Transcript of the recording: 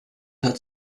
hat